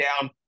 down